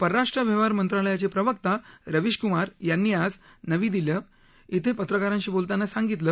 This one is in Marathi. परराष्ट्र व्यवहार मंत्रालयाचे प्रवक्ता रवीशक्मार यांनी आज नवी दिल्ली इथं पत्रकारांशी बोलताना सांगितलं